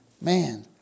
Man